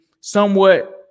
somewhat